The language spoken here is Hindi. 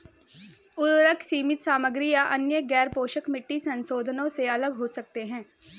उर्वरक सीमित सामग्री या अन्य गैरपोषक मिट्टी संशोधनों से अलग हो सकते हैं